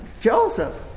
Joseph